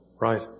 Right